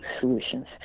solutions